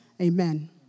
Amen